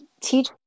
teach